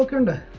and